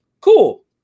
Cool